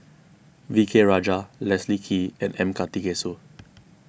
V K Rajah Leslie Kee and M Karthigesu